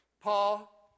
Paul